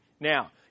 Now